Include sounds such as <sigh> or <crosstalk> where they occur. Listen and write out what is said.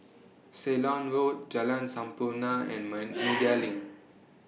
Ceylon Road Jalan Sampurna and <noise> Media LINK